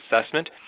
assessment